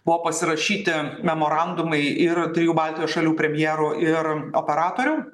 buvo pasirašyti memorandumai ir trijų baltijos šalių premjerų ir operatorių